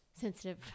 sensitive